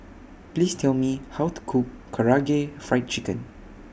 Please Tell Me How to Cook Karaage Fried Chicken